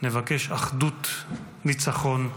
נבקש אחדות, ניצחון,